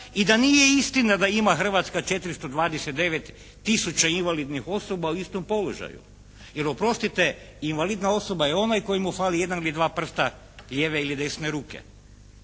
i da nije istina da ima Hrvatska 429000 invalidnih osoba u istom položaju. Jer oprostite, invalidna osoba je onaj kojemu fali jedan ili dva prsta lijeve ili desne ruke.